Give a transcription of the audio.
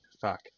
Fuck